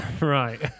right